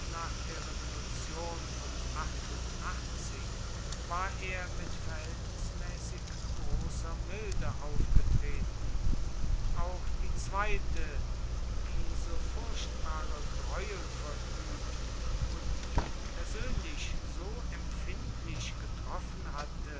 nach der revolution von war er mit verhältnismäßig großer milde aufgetreten auch die zweite die so furchtbare greuel verübt und ihn persönlich so empfindlich getroffen hatte